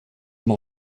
m’en